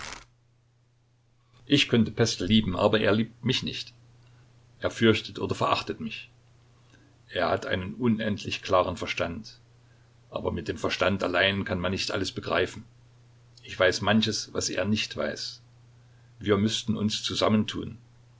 ich könnte pestel lieben aber er liebt mich nicht er fürchtet oder verachtet mich er hat einen unendlich klaren verstand aber mit dem verstand allein kann man nicht alles begreifen ich weiß manches was er nicht weiß wir müßten uns zusammentun